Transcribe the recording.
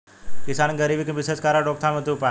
किसान के गरीबी के विशेष कारण रोकथाम हेतु उपाय?